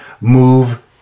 move